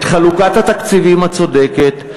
את חלוקת התקציבים הצודקת,